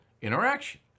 interaction